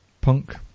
Punk